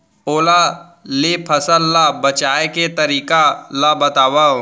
ओला ले फसल ला बचाए के तरीका ला बतावव?